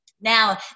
Now